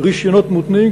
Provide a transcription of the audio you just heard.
רישיונות מותנים,